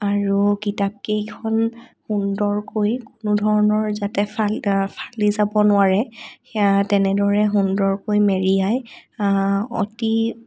আৰু কিতাপকেইখন সুন্দৰকৈ কোনো ধৰণৰ যাতে ফাল ফালি যাব নোৱাৰে সেয়া তেনেদৰে সুন্দৰকৈ মেৰিয়াই অতি